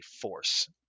force